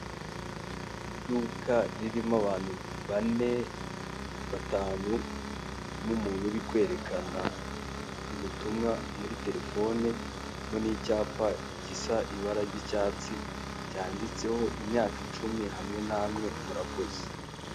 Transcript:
Iduka ririmo abantu bane, batanu n'umuntu uri kwerekana ubutumwa muri telefone, harimo n'icyapa gisa ibara ry'icyatsi, cyanditseho imyaka icumi hamwe namwe, murakoze.